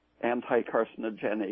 anti-carcinogenic